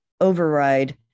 override